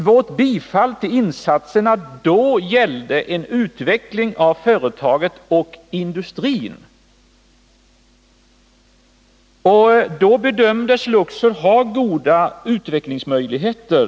Vårt bifall till insatserna då gällde utveckling av företaget och industrin. Då bedömdes Luxor ha goda utvecklingsmöjligheter.